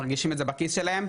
מרגישים את זה בכיס שלהם.